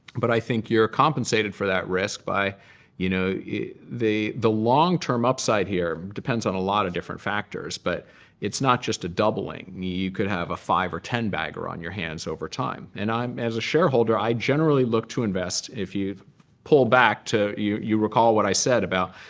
but i think you're compensated for that risk by you know the the long-term upside here depends on a lot of different factors. but it's not just a doubling. you could have a five or ten bagger on your hands over time. and i'm, as a shareholder, i generally look to invest if you pull back to you you recall what i said about,